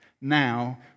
now